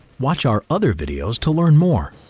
watch our other videos to learn more